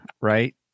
Right